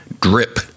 drip